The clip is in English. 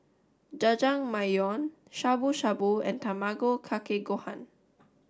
Jajangmyeon Shabu Shabu and Tamago Kake Gohan